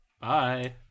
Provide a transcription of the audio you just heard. Bye